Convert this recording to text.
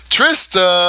Trista